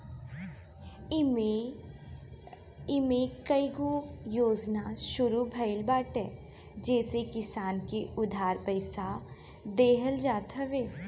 इमे कईगो योजना शुरू भइल बाटे जेसे किसान के उधार पईसा देहल जात हवे